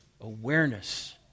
awareness